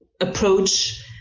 approach